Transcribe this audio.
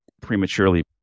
prematurely